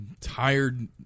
tired